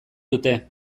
dute